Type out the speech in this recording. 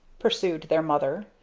pursued their mother,